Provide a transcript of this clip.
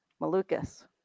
Malukas